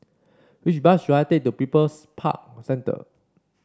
which bus should I take to People's Park Centre